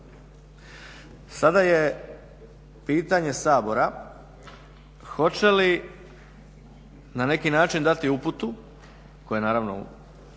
Sada je pitanje Sabora hoće li na neki način dati uputu koja naravno